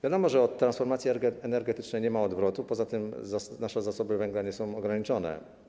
Wiadomo, że od transformacji energetycznej nie ma odwrotu, poza tym nasze zasoby węgla nie są nieograniczone.